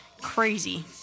crazy